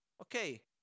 Okay